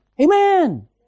Amen